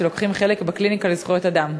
שלוקחים חלק בקליניקה לזכויות אדם.